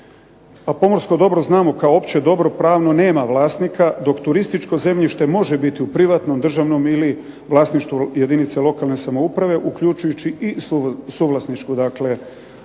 A pomorsko dobro znamo kao opće dobro pravno nema vlasnika, dok turističko zemljište može biti u privatnom, državnom ili vlasništvu jedinice lokalne samouprave uključujući i suvlasničku dakle